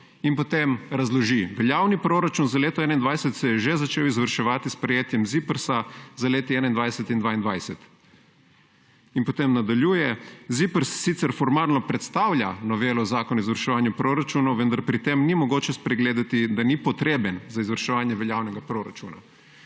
In potem razloži: »Veljavni proračun za leto 2021 se je že začel izvrševati s sprejetjem ZIPRS za leti 2021 in 2022.« In potem nadaljuje: »ZIPRS sicer formalno predstavlja novelo Zakona o izvrševanju proračunov, vendar pri tem ni mogoče spregledati, da ni potreben za izvrševanje veljavnega proračuna.«